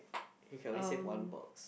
you can only save one box